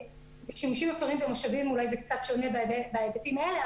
שימושים במושבים זה אולי קצת שונה בהיבטים האלה,